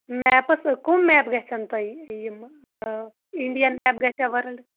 میٚپٕس کٕم میٚپ گَژھَن تۄہہِ یِم آ اِنٛڈیَن میٚپ گَژھیا ؤرٕلڑ